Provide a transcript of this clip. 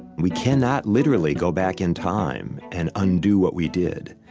we cannot literally go back in time and undo what we did.